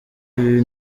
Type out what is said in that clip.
ibi